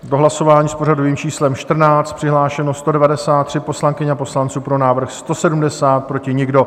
Do hlasování s pořadovým číslem 14 přihlášeno 193 poslankyň a poslanců, pro návrh 170, proti nikdo.